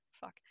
fuck